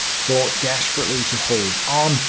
fought desperately to hold on,